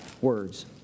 words